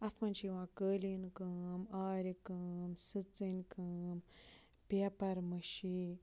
اَتھ مَنٛز چھِ یِوان قٲلیٖن کٲم آرِ کٲم سٕژنۍ کٲم پیپَر مٲشی